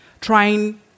Trying